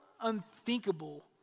unthinkable